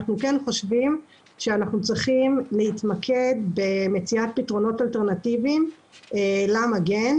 אנחנו כן חושבים שאנחנו צריכים להתמקד במציאת פתרונות אלטרנטיביים למגן,